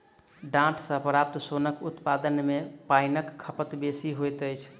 डांट सॅ प्राप्त सोनक उत्पादन मे पाइनक खपत बेसी होइत अछि